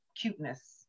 cuteness